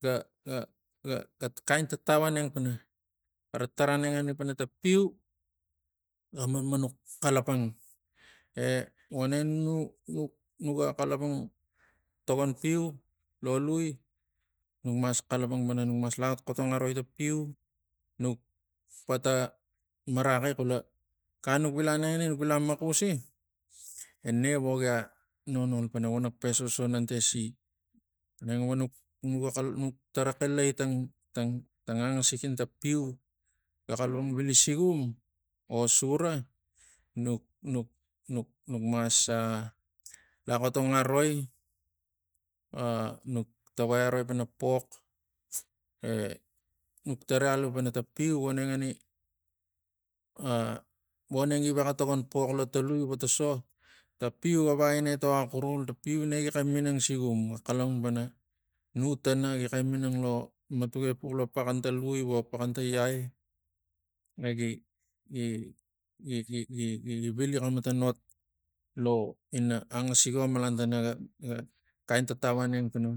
Ga- ga- ga- ga kain tatau aneng pana xara tarai anengani pana tang piu ga manmanux xalapang e voneng nu- nu nuga xalapang togon piu lo lui nuk mas xalapang pana nukmas loxotxotong aroi tang piu. Nuk mas xalapang pana nukmas laxotxotong avoi tang piu. Nuk pata maraki xula gan nuk vilanengi nuk vilamxausi e ne vogia nonol pana vonak pe sosonen te si aneng vonuk vonuk tarai xilai tang tang angasik inia piiu ga xalapang vili sigum o sura nuk- nuk- nuk nukmas ah laxotong aroi ah nuk tavai aro pana pox e nuk tavai alu pana tang piu vonengani ah voneng gi vexa togon pox lo tang lui ov tang so ta piu ga vakaina etox a xurul ta piu negixe minang sigum ga xalapang pana nu tana gi xe minang lo matuk epux lo paxantang lui o paxsantang eai egi- gi- gi- gi vili xematan ot lo ina angasigom malan tana ga- ga kain tatau aneng pana